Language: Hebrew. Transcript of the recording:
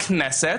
הכנסת,